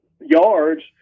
yards